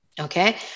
okay